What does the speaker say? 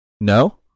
No